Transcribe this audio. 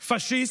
פשיסט,